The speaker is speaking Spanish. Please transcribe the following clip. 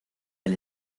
del